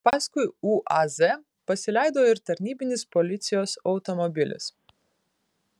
paskui uaz pasileido ir tarnybinis policijos automobilis